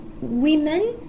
women